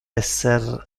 esser